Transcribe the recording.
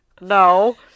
no